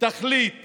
תחליט